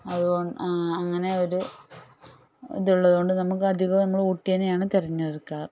അതുകൊ അങ്ങനെ ഒരു ഇതുള്ളത് കൊണ്ട് നമുക്ക് അധികവും നമ്മള് ഊട്ടി തന്നെയാണ് തെരഞ്ഞെടുക്കുന്നത്